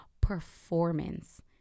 performance